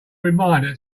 reminder